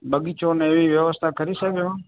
બગીચો ને એવી વ્યવસ્થા ખરી સાહેબ એમાં